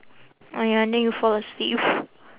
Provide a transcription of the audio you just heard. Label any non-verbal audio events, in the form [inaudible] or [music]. orh ya then you fall asleep [noise]